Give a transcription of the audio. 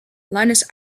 linus